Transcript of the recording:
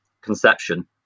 conception